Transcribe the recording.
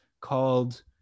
called